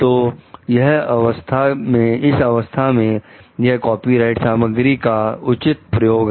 तो उस अवस्था में यह कॉपीराइट सामग्री का उचित प्रयोग है